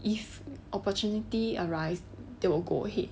if opportunity arise they will go ahead